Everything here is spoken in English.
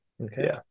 Okay